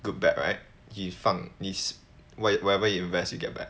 good bad right 你放 is whatever you invest you get back